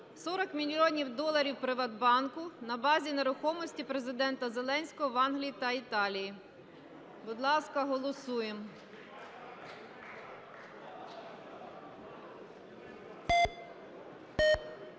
"40 мільйонів доларів "Приватбанку" на базі нерухомості президента Зеленського в Англії та Італії". Будь ласка, голосуємо.